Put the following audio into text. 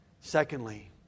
Secondly